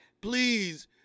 Please